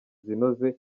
zinoze